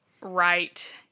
right